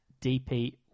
DP